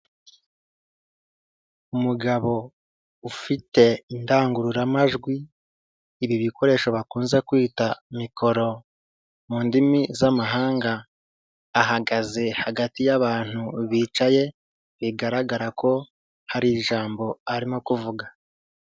Umugabo ufite indangururamajwi, ibi bikoresho bakunze kwita mikoro mu ndimi z'amahanga, ahagaze hagati y'abantu bicaye, bigaragara ko hari ijambo arimo kuvuga.